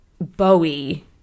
Bowie